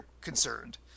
concerned